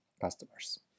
customers